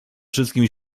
wszystkim